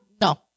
No